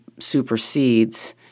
supersedes